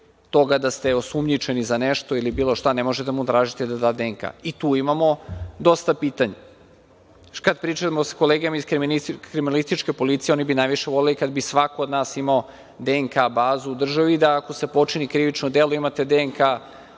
da ste osumnjičeni za nešto ili bilo šta. Ne možete da mu tražite da da DNK i tu imamo dosta pitanja. Kad pričamo sa kolegama iz Kriminalističke policije oni bi najviše voleli kada bi svako od nas imao DNK bazu u državi da ako se počini krivično delo imate DNK